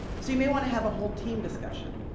so you may want to have a whole team discussion.